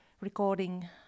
recording